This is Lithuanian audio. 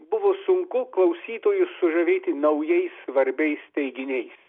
buvo sunku klausytojus sužavėti naujais svarbiais teiginiais